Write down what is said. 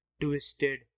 twisted